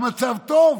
המצב טוב?